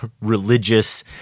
religious